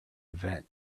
event